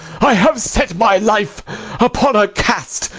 i have set my life upon a cast,